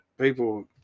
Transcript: people